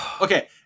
Okay